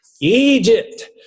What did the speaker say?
Egypt